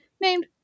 named